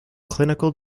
clinical